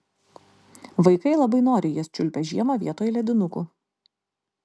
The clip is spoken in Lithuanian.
vaikai labai noriai jas čiulpia žiemą vietoj ledinukų